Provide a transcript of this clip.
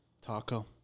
Taco